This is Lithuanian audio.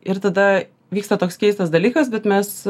ir tada vyksta toks keistas dalykas bet mes